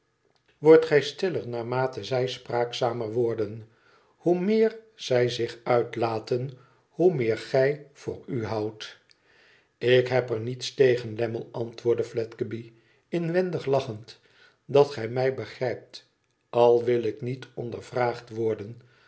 wordt gij stiller naarmate zij spraakzamer worden hoe meer zij zich uitlaten hoe meer gij voor u houdt ik heb er niets tegen lammie antwoordde fledgeby inwendig lachend idat gi mij begrijpt al wil ik niet ondervraagd worden